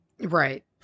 Right